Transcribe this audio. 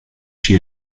she